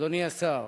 אדוני השר,